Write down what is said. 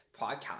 podcast